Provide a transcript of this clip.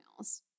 emails